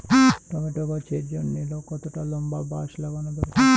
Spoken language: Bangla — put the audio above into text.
টমেটো গাছের জন্যে কতটা লম্বা বাস লাগানো দরকার?